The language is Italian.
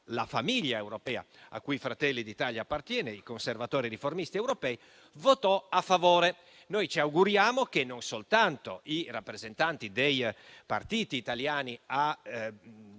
la famiglia europea cui Fratelli d'Italia appartiene, quella dei Conservatori e Riformisti europei, votò a favore. Noi ci auguriamo che non soltanto i rappresentanti dei partiti italiani a